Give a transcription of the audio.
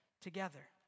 together